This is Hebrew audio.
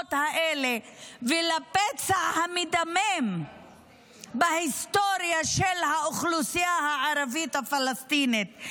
למשפחות האלה ועל הפצע המדמם בהיסטוריה של האוכלוסייה הערבית הפלסטינית,